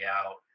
out